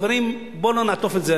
חברים, בואו לא נעטוף את זה.